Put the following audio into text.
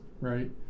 right